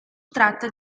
tratta